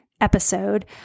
episode